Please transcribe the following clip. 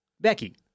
Becky